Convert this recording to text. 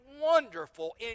wonderful